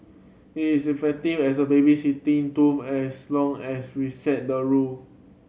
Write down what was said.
it is effective as a babysitting tool as long as we set the rule